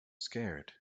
scared